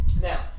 Now